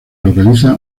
localiza